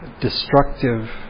destructive